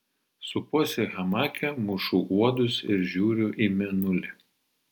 supuosi hamake mušu uodus ir žiūriu į mėnulį